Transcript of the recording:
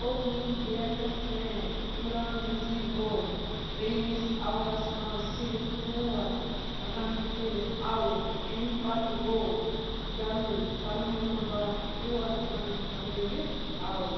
opening batsman Imran Nazir گوٚو ترٛٮ۪مِس اوورَس منٛز صرف ژور رنہٕ کٔرِتھ آؤٹ اَمہِ پتہٕ گوٚو جلدٕی سلمان بٹ تُرواہ رنہٕ بنٲوِتھ آؤٹ